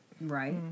Right